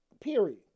period